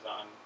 on